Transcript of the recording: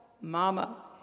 Mama